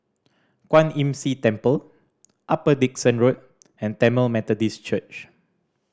Kwan Imm See Temple Upper Dickson Road and Tamil Methodist Church